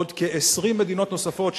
עוד כ-20 מדינות נוספות,